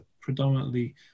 predominantly